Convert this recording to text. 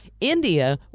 India